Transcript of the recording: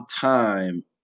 time